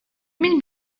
мин